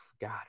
God